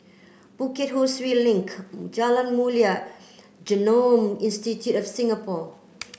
Bukit Ho Swee Link Jalan Mulia Genome Institute of Singapore